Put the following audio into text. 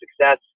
success